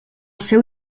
seu